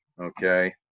okay